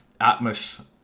Atmos